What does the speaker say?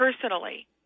personally